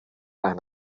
ein